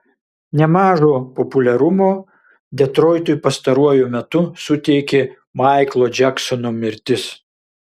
nemažo populiarumo detroitui pastaruoju metu suteikė maiklo džeksono mirtis